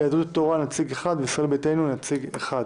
ליהדות התורה נציג אחד ולישראל ביתנו נציג אחד.